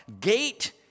Gate